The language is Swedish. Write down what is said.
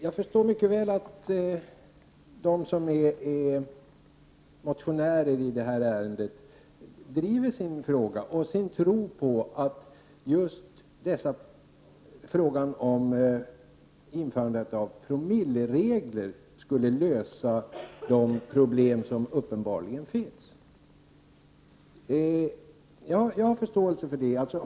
Jag förstår mycket väl att motionärerna i det här ärendet driver sin tro på att just införandet av promilleregler löser de problem som uppenbarligen föreligger. Jag har förståelse för det.